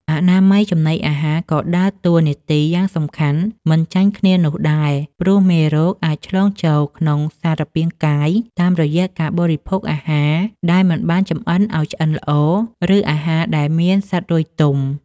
អនាម័យចំណីអាហារក៏ដើរតួនាទីយ៉ាងសំខាន់មិនចាញ់គ្នានោះដែរ ព្រោះមេរោគអាចឆ្លងចូលក្នុងសារពាង្គកាយតាមរយៈការបរិភោគអាហារដែលមិនបានចម្អិនឱ្យឆ្អិនល្អ ឬអាហារដែលមានសត្វរុយទុំ។